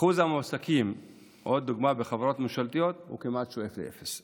עוד דוגמה: אחוז המועסקים בחברות ממשלתיות כמעט שואף לאפס.